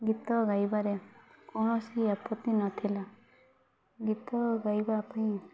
ଗୀତ ଗାଇବାରେ କୌଣସି ଆପତ୍ତି ନଥିଲା ଗୀତ ଗାଇବା ପାଇଁ